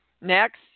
Next